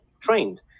trained